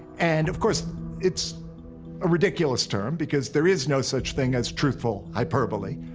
and of course it's a ridiculous term because there is no such thing as truthful hyperbole,